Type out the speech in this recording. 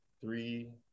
three